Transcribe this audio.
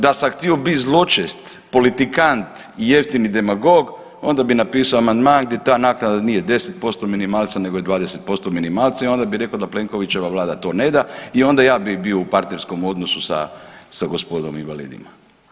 Da sam htio biti zločest politikant i jeftini demagog onda bi napisao amandman gdje ta naknada nije 10% minimalca nego je 20% minimalca i onda bih rekao da Plenkovićeva Vlada to ne da i onda ja bih bio u partnerskom odnosu sa gospodom invalidima.